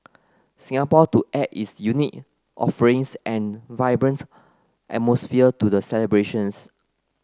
Singapore to add its unique offerings and vibrant atmosphere to the celebrations